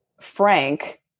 Frank